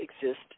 exist